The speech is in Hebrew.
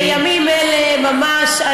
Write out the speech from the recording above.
בימים אלה ממש,